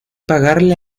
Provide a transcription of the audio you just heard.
pagarle